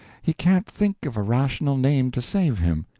he can't think of a rational name to save him,